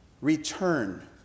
return